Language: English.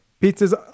Pizza's